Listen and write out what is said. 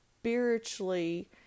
spiritually